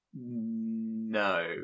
No